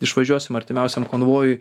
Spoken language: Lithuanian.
išvažiuosim artimiausiam konvojui